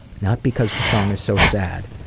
not because the song is so sad,